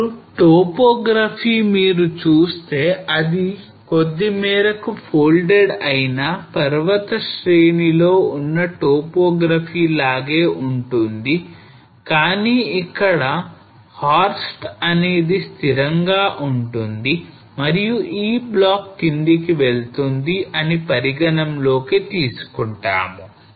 ఇప్పుడు topography మీరు చూస్తే అది కొద్ది మేరకు folded అయినా పర్వత శ్రేణి లో ఉన్న topography లాగే ఉంటుంది కానీ ఇక్కడ horst అనేది స్థిరంగా ఉంటుంది మరియు ఈ బ్లాక్ కిందికి వెళుతుంది అని పరిగణలోకి తీసుకుంటాము